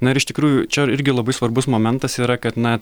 na ir iš tikrųjų čia irgi labai svarbus momentas yra kad na